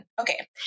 Okay